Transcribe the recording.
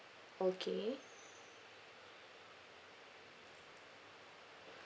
okay